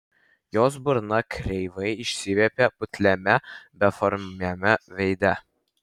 jos burna kreivai išsiviepė putliame beformiame veide